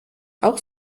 auch